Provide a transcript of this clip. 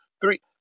three